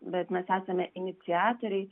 bet mes esame iniciatoriai